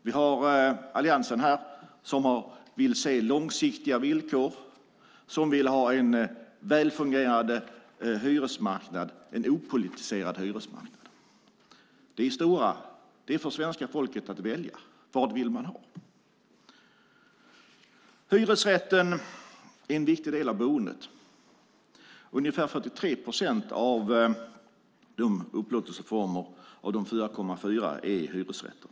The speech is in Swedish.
Sedan har vi Alliansen, som vill se långsiktiga villkor och som vill ha en välfungerande hyresmarknad, en opolitiserad hyresmarknad. Det är upp till svenska folket att välja. Vad vill man ha? Hyresrätten är en viktig del av boendet. Ungefär 43 procent av de 4,4 bostäderna är hyresrätter.